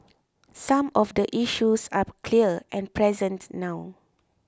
some of the issues are clear and present now